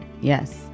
yes